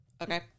Okay